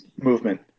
movement